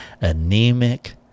anemic